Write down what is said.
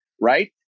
right